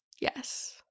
Yes